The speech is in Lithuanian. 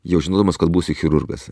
jau žinodamas kad būsiu chirurgas